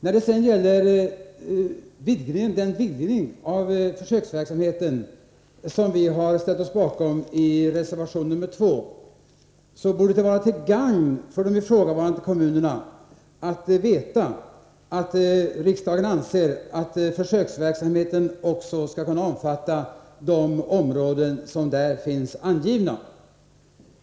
När det sedan gäller den vidgning av försöksverksamheten som vi har ställt oss bakom i reservation nr 2 borde det vara till gagn för de ifrågavarande kommunerna att veta att riksdagen anser att försöksverksamheten också skall kunna omfatta de områden som finns angivna i reservationerna.